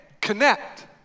connect